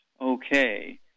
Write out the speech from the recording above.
Okay